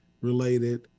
related